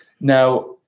Now